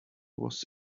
was